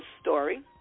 story